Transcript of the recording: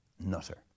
nutter